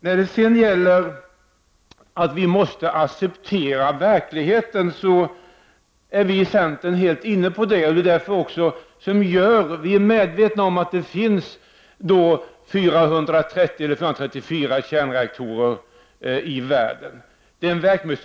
När det sedan gäller nödvändigheten av att acceptera verkligheten vill jag säga att vi i centern är helt inne på det. Vi är medvetna om att det finns 434 kärnkraftsreaktorer i världen och om att det är en pågående verksamhet.